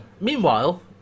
Meanwhile